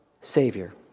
Savior